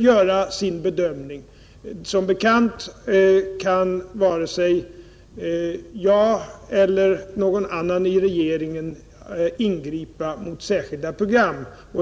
göra sin bedömning. Som bekant kan varken jag eller någon annan i regeringen ingripa mot särskilda program.